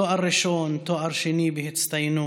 תואר ראשון, תואר שני בהצטיינות,